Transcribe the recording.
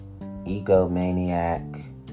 egomaniac